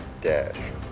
dash